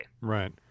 Right